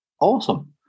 awesome